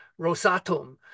Rosatom